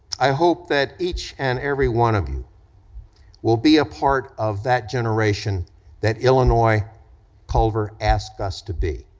i hope that each and every one of you will be a part of that generation that illinois culver asked us to be,